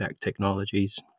technologies